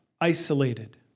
isolated